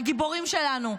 הגיבורים שלנו,